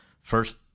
first